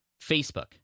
Facebook